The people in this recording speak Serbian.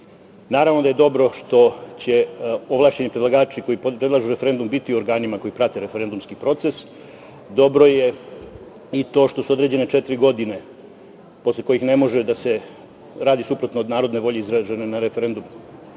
smislu. Naravno da je dobro što će ovlašćeni predlagači koji predlažu referendum biti u organima koji prate referendumski proces. Dobro je i to što su određene četiri godine posle kojih ne može da se radi suprotno od narodne volje izražene na referendumu. Fali